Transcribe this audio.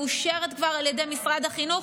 מאושרת כבר על ידי משרד החינוך,